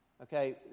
Okay